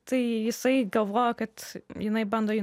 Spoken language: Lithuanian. tai jisai galvojo kad jinai bando jį